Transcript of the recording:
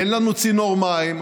אין לנו צינור מים,